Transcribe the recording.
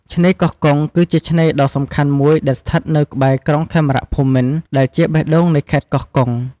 ឆ្នេរកោះកុង គឺជាឆ្នេរដ៏សំខាន់មួយដែលស្ថិតនៅក្បែរ ក្រុងខេមរភូមិន្ទ ដែលជាបេះដូងនៃខេត្តកោះកុង។